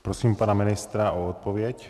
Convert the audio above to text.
Prosím pana ministra o odpověď.